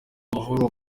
amahoro